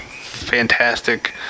fantastic